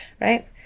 right